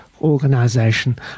Organization